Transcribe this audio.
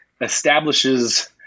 establishes